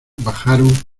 bajaron